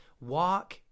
walk